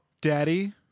daddy